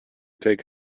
take